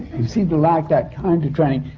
he seemed to lack that kind of training.